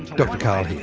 dr karl here.